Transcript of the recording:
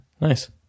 Nice